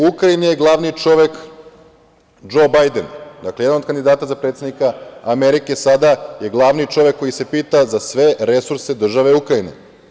U Ukrajini je glavni čovek Džo Bajden, jedan od kandidata za predsednika Amerike, sada je glavni čovek koji se pita za sve resurse države Ukrajine.